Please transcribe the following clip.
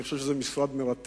אני חושב שזה משרד מרתק